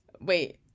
Wait